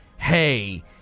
hey